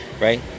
right